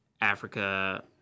Africa